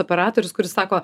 operatorius kuris sako